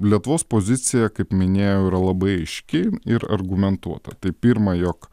lietuvos pozicija kaip minėjau yra labai aiški ir argumentuota tai pirma jog